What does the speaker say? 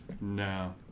No